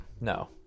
No